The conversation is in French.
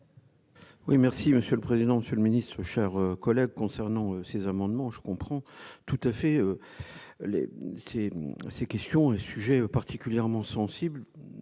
Oui merci monsieur le président, Monsieur le Ministre, chers collègues, concernant ces amendements, je comprends tout à fait ces questions un sujet particulièrement sensible